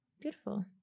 beautiful